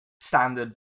Standard